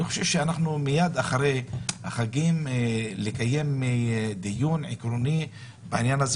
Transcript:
אני חושב שאנחנו מיד אחרי החגים נצטרך לקיים דיון עקרוני בעניין הזה